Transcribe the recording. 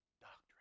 doctrine